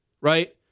right